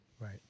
Right